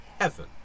heaven